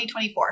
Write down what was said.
2024